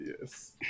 Yes